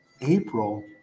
April